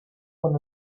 one